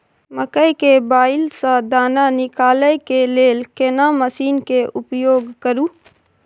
मकई के बाईल स दाना निकालय के लेल केना मसीन के उपयोग करू?